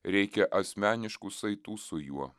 reikia asmeniškų saitų su juo